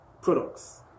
products